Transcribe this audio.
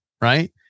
right